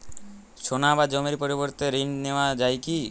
সোনা বা জমির পরিবর্তে ঋণ নেওয়া যায় কী?